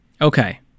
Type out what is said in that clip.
Okay